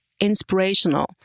inspirational